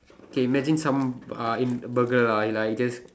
okay imagine some uh in burger lah like you just